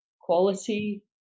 quality